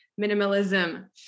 Minimalism